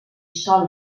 sol